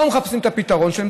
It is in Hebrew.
לא מחפשים את הפתרון שלהם.